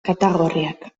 katagorriak